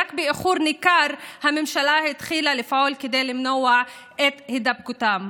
שרק באיחור ניכר הממשלה התחילה לפעול כדי למנוע את הדבקתם,